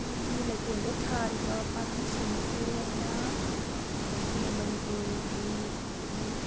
ꯑꯩꯒꯤ ꯂꯩꯀꯣꯜꯗ ꯊꯥꯔꯤꯕ ꯄꯥꯝꯕꯤꯁꯤꯡ ꯑꯁꯦ ꯑꯩꯅ ꯑꯩꯈꯣꯏꯒꯤ ꯃꯅꯤꯄꯨꯔꯒꯤ ꯑꯩꯈꯣꯏꯒꯤ